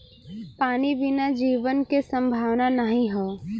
पानी बिना जीवन के संभावना नाही हौ